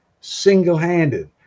single-handed